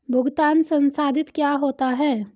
भुगतान संसाधित क्या होता है?